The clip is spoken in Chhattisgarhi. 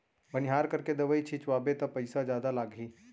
बनिहार करके दवई छिंचवाबे त पइसा जादा लागही